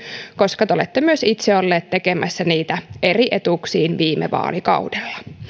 koska te olette myös itse olleet tekemässä niitä eri etuuksiin viime vaalikaudella